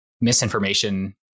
misinformation